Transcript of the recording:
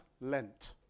Lent